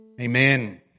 Amen